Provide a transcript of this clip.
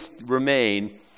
remain